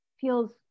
feels